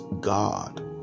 God